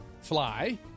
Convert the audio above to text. fly